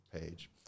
page